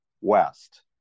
West